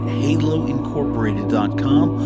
haloincorporated.com